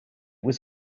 was